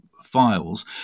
files